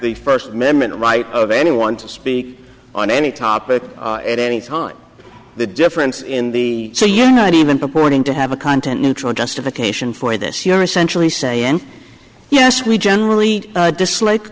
the first amendment right of anyone to speak on any topic at any time the difference in the so you're not even purporting to have a content neutral justification for this you're essentially saying yes we generally dislike